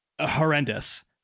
horrendous